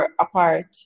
apart